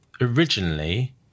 originally